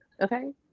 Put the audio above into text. Okay